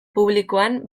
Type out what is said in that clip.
publikoan